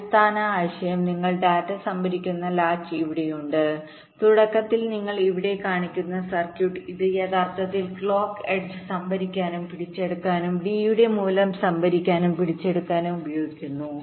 അടിസ്ഥാന ആശയം നിങ്ങൾക്ക് ഡാറ്റ സംഭരിക്കുന്ന ലാച്ച് ഇവിടെയുണ്ട് തുടക്കത്തിൽ നിങ്ങൾ ഇവിടെ കാണിക്കുന്ന സർക്യൂട്ട് ഇത് യഥാർത്ഥത്തിൽ ക്ലോക്ക് എഡ്ജ്ക്ലോക്ക് edgeസംഭരിക്കാനും പിടിച്ചെടുക്കാനും ഡി യുടെ മൂല്യം സംഭരിക്കാനും പിടിച്ചെടുക്കാനും ഉപയോഗിക്കുന്നു